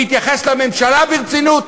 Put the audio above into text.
להתייחס לממשלה ברצינות,